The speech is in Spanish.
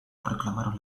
reclamaron